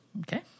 Okay